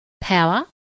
power